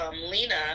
Lena